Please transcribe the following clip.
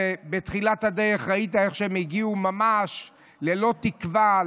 שבתחילת הדרך ראית איך שהם הגיעו ממש ללא תקווה,